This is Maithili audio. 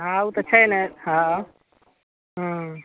हँ उ तऽ छै नहि हँ हूँ